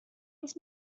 uns